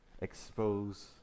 expose